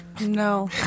No